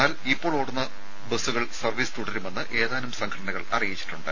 എന്നാൽ ഇപ്പോൾ ഓടുന്ന ബസ്സുകൾ സർവ്വീസ് തുടരുമെന്ന് ഏതാനും സംഘടനകൾ അറിയിച്ചിട്ടുണ്ട്